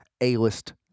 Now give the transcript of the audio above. A-list